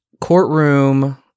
courtroom –